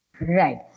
Right